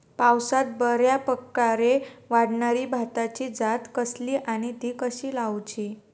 पावसात बऱ्याप्रकारे वाढणारी भाताची जात कसली आणि ती कशी लाऊची?